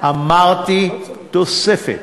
אמרתי "תוספת".